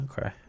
Okay